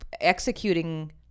executing